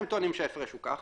הם טוענים שההפרש הוא ככה,